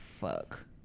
fuck